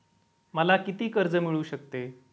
मला किती कर्ज मिळू शकते?